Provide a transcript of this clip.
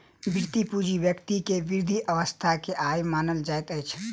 वृति पूंजी व्यक्ति के वृद्ध अवस्था के आय मानल जाइत अछि